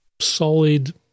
solid